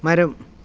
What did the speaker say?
മരം